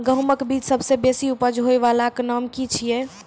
गेहूँमक बीज सबसे बेसी उपज होय वालाक नाम की छियै?